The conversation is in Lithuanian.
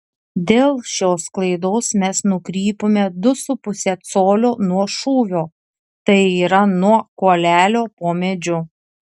dėl šios klaidos mes nukrypome du su puse colio nuo šūvio tai yra nuo kuolelio po medžiu